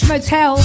Motel